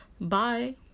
bye